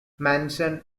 manson